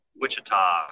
Wichita